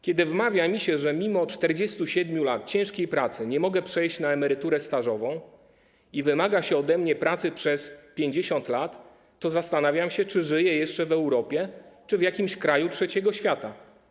Kiedy wmawia mi się, że mimo 47 lat ciężkiej pracy nie mogę przejść na emeryturę stażową, i wymaga się ode mnie pracy przez 50 lat, to zastanawiam się, czy żyję jeszcze w Europie, czy w jakimś kraju trzeciego świata.